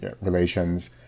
relations